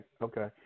okay